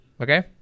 okay